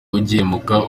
ugihumeka